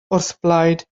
wrthblaid